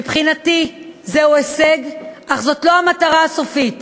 מבחינתי זהו הישג, אך זאת לא המטרה הסופית.